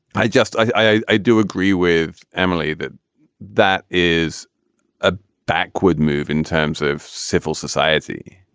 i just. i i do agree with emily that that is a backward move in terms of civil society.